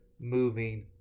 moving